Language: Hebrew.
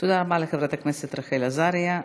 תודה רבה לחברת הכנסת רחל עזריה.